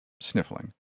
sniffling